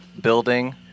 building